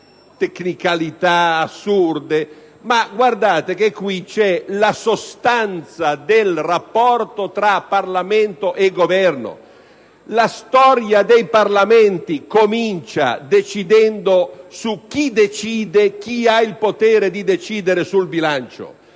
tecnicalità assurde, ma guardate che qui c'è la sostanza del rapporto tra Parlamento e Governo. La storia dei Parlamenti comincia decidendo su chi ha il potere di decidere sul bilancio.